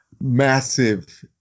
massive